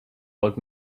old